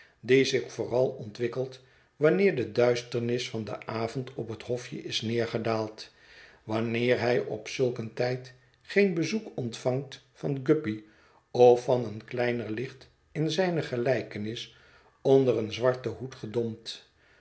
die zich vooral ontwikkelt wanneer de duisternis van den avond op het hofje is neergedaald wanneer hij op zulk een tijd geen bezoek ontvangt van guppy of van een kleiner licht in zijne gelijkenis onder een zwarten hoed gedompt